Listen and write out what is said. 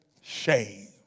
shame